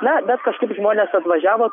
na bet kažkaip žmonės atvažiavo